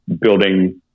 building